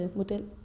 model